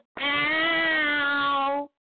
Ow